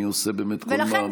אני עושה באמת כל מאמץ.